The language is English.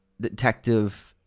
detective